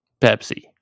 Pepsi